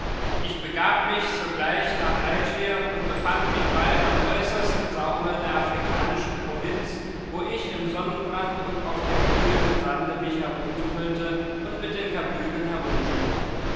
ich begab mich sogleich nach algier und befand mich bald am äußersten saume der afrikanischen provinz wo ich im sonnenbrand und auf dem glühenden sande mich herumtummelte und mit den kabylen